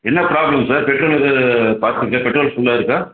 என்ன problem sir petrol இருக்கிறத பார்த்துக்குங்க பெட்ரோல் ஃபுல்லா இருக்கா